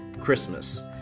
Christmas